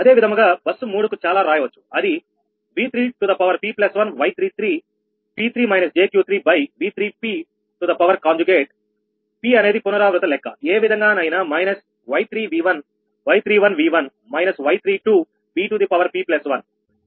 అదే విధముగా బస్సు 3 కు చాలా రాయవచ్చు అది V3p1Y33 P3 jQ3 కాంజుగేట్p అనేది పునరావృత లెక్కఏ విధంగానైనా మైనస్ Y3V1 Y31V1−Y32𝑉𝑝1